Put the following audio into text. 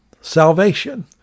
Salvation